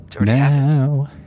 Now